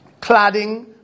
cladding